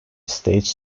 stage